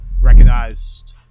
recognized